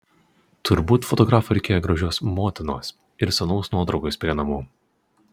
turbūt fotografui reikėjo gražios motinos ir sūnaus nuotraukos prie namų